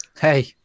hey